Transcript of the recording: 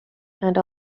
and